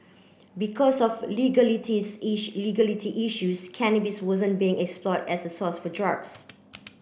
because of legalities issue legality issues cannabis wasn't being explored as a source for drugs